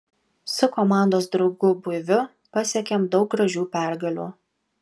su komandos draugu buiviu pasiekėm daug gražių pergalių